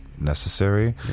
necessary